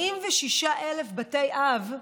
46,000 בתי אב,